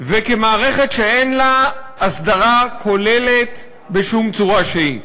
וכמערכת שאין לה הסדרה כוללת בשום צורה שהיא.